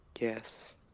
Yes